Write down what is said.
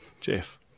Jeff